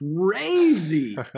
crazy